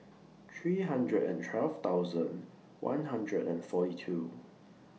three hundred and twelve thousand one hundred and forty two